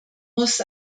muss